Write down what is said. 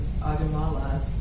Agamala